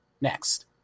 next